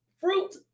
fruit